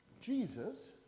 Jesus